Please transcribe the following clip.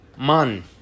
man